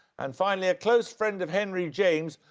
and finally, a close friend of henry james,